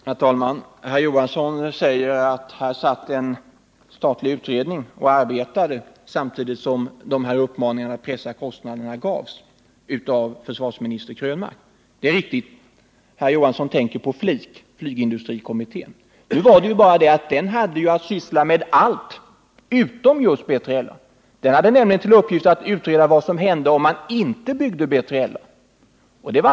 Herr talman! Herr Hilding Johansson säger att en statlig utredning arbetade samtidigt som uppmaningarna att pressa kostnaderna gavs av försvarsminister Krönmark. Det är riktigt — herr Johansson tänker på FLIK, flygindustrikommittén. Nu är det bara att denna utredning hade att syssla med allt utom just med B3LA =— den hade till uppgift att utreda vad som skulle komma att hända om man inte byggde B3LA.